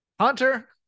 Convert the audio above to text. Hunter